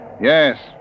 Yes